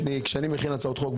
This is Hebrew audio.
כי כשאני מכין הצעות חוק,